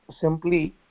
simply